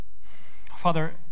Father